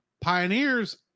Pioneers